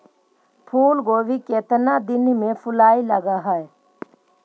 फुलगोभी केतना दिन में फुलाइ लग है?